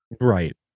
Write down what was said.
right